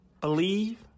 believe